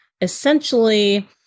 essentially